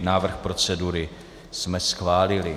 Návrh procedury jsme schválili.